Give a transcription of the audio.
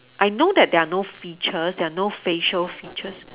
I know that there are no features there are no facial features